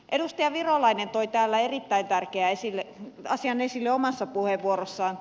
edustaja virolainen toi täällä erittäin tärkeän asian esille omassa puheenvuorossaan